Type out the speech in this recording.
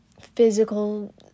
physical